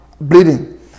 bleeding